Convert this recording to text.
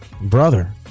brother